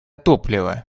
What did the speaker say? топливо